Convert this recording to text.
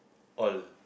all